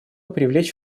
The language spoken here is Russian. привлечь